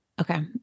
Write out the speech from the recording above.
Okay